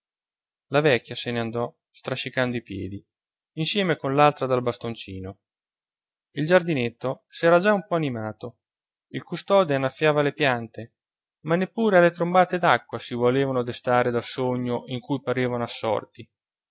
la vecchia se n'andò strascicando i piedi insieme con l'altra dal bastoncino il giardinetto s'era già un po animato il custode annaffiava le piante ma neppure alle trombate d'acqua si volevano destare dal sogno in cui parevano assorti